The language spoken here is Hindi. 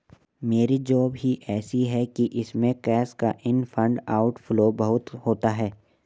मेरी जॉब ही ऐसी है कि इसमें कैश का इन एंड आउट फ्लो बहुत होता है